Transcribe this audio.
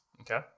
Okay